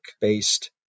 based